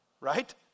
right